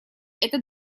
этот